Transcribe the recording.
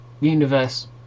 universe